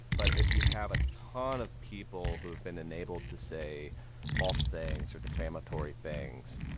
but if you have a ton of people who have been enabled to say false things or defamatory things,